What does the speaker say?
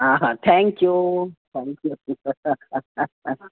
हा हा thank you thank U